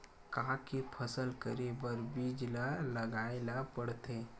का के फसल करे बर बीज लगाए ला पड़थे?